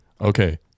Okay